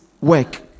work